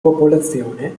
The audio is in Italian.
popolazione